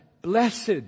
Blessed